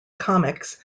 comics